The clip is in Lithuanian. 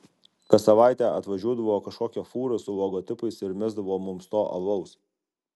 kas savaitę atvažiuodavo kažkokia fūra su logotipais ir mesdavo mums to alaus